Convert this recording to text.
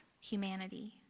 humanity